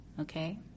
okay